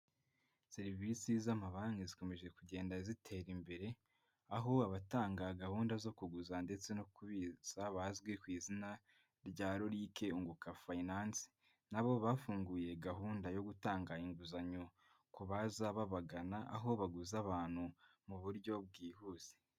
Serivisi z'amabanki zikomeje kugenda zitera imbere, aho abatanga gahunda zo kuguza ndetse no kubitsa bazwi ku izina rya Lolc Unguka finance nabo bafunguye gahunda yo gutanga inguzanyo ku babagana aho baguza abantu mu buryo bwihuse.